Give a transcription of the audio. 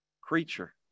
creature